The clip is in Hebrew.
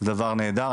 זה דבר נהדר.